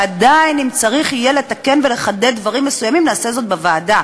ועדיין אם צריך יהיה לתקן ולחדד דברים מסוימים נעשה זאת בוועדה.